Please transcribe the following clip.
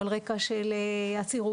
או על רקע של עצירות,